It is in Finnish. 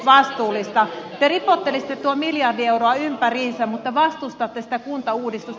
te ripottelisitte tuon miljardi euroa ympäriinsä mutta vastustatte kuntauudistusta